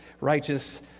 righteous